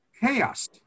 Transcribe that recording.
Chaos